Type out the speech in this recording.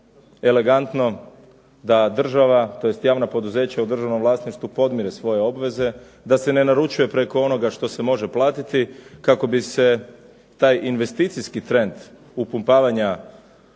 elegantno da država, tj. javna poduzeća u državnom vlasništvu podmire svoje obveze da se ne naručuje preko onoga što se može platiti kako bi se taj investicijski trend upumpavanja